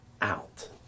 out